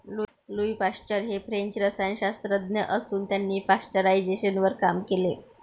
Louis Pasteur हे French रसायनशास्त्रज्ञ असून त्यांनी पाश्चरायझेशनवर काम केले